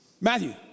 Matthew